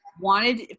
wanted